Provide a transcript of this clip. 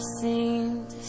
seemed